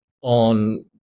on